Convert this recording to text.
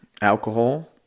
alcohol